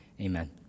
amen